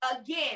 again